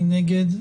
מי נגד?